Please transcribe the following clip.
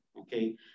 Okay